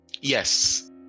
Yes